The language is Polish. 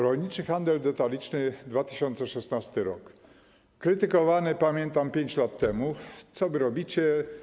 Rolniczy handel detaliczny w 2016 r. - krytykowany, pamiętam, 5 lat temu: Co wy robicie?